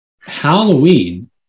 Halloween